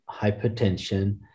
hypertension